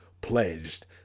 pledged